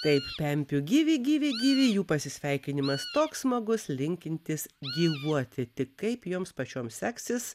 taip pempių gyvi gyvi gyvi jų pasisveikinimas toks smagus linkintis gyvuoti tik kaip joms pačioms seksis